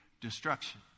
destruction